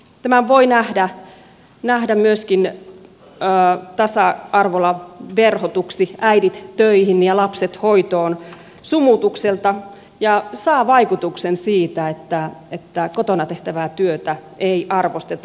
tämän voi nähdä myöskin tasa arvolla verhottuna äidit töihin ja lapset hoitoon sumutuksena ja saa vaikutuksen siitä että kotona tehtävää työtä ei arvosteta